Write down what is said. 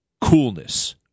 Coolness